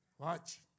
Watch